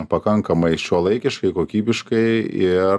pakankamai šiuolaikiškai kokybiškai ir